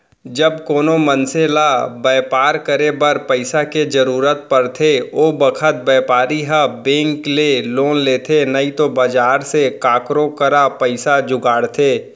जब कोनों मनसे ल बैपार करे बर पइसा के जरूरत परथे ओ बखत बैपारी ह बेंक ले लोन लेथे नइतो बजार से काकरो करा पइसा जुगाड़थे